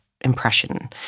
impression